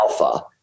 alpha